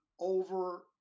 over